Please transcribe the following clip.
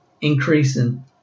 increasing